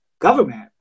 government